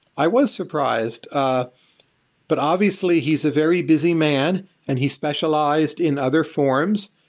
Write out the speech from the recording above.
i was surprised. ah but obviously, he's a very busy man and he specialized in other forms,